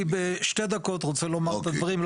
אני בשתי דקות רוצה לומר את הדברים,